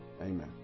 Amen